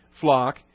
flock